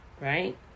right